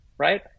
Right